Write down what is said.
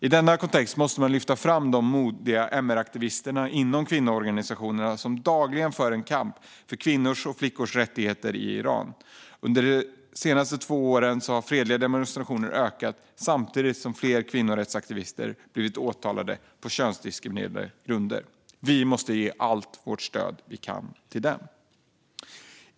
I denna kontext måste man lyfta fram de modiga MR-aktivister inom kvinnoorganisationerna som dagligen för en kamp för kvinnors och flickors rättigheter i Iran. Under de senaste två åren har fredliga demonstrationer ökat, samtidigt som fler kvinnorättsaktivister har blivit åtalade på könsdiskriminerande grunder. Vi måste ge allt stöd vi kan till dem.